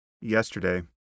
yesterday